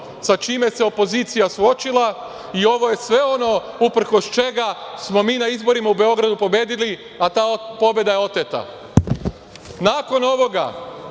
sa čime se opozicija suočila i ovo je sve ovo uprkos čega smo mi na izborima u Beogradu pobedili, a ta pobeda je oteta. Nakon ovoga